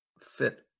fit